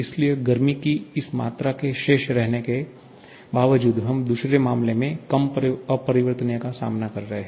इसलिए गर्मी की इस मात्रा के शेष रहने के बावजूद हम दूसरे मामले में कम अपरिवर्तनीयता का सामना कर रहे हैं